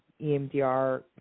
EMDR